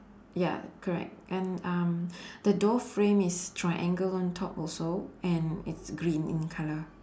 ya correct and um the door frame is triangle on top also and it's green in colour